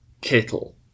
kettle